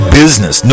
business